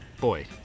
boy